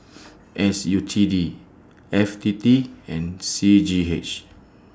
S U T D F T T and C G H